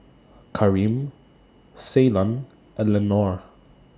Kareem Ceylon and Lenore